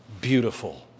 beautiful